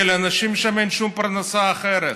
כי לאנשים שם אין שום פרנסה אחרת.